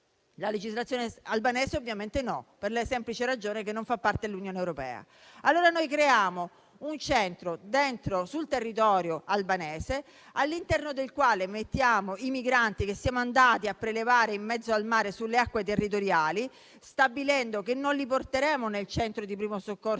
La legislazione albanese ovviamente no, per la semplice ragione che non fa parte dell'Unione europea. Noi creiamo un centro sul territorio albanese, all'interno del quale mettiamo i migranti che siamo andati a prevelare in mezzo al mare nelle acque territoriali, stabilendo che non li porteremo nel centro di primo soccorso,